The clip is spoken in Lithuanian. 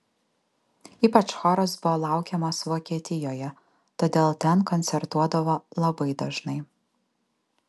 ypač choras buvo laukiamas vokietijoje todėl ten koncertuodavo labai dažnai